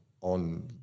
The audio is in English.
on